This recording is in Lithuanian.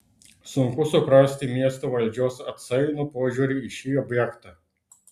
sunku suprasti miesto valdžios atsainų požiūrį į šį objektą